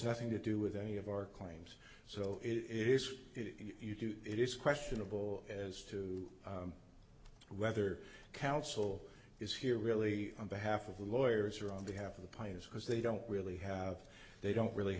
nothing to do with any of our claims so if you do it is questionable as to whether counsel is here really on behalf of lawyers or on behalf of the pyres because they don't really have they don't really